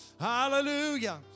Hallelujah